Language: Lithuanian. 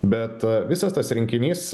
bet visas tas rinkinys